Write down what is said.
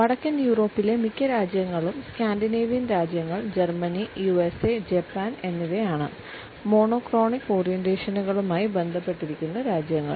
വടക്കൻ യൂറോപ്പിലെ മിക്ക രാജ്യങ്ങളും സ്കാൻഡിനേവിയൻ രാജ്യങ്ങൾ ജർമ്മനി യുഎസ്എ ജപ്പാൻ എന്നിവയാണ് മോണോക്രോണിക് ഓറിയന്റേഷനുമായി ബന്ധപ്പെട്ടിരിക്കുന്ന രാജ്യങ്ങൾ